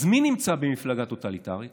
אז מי נמצא במפלגה טוטליטרית?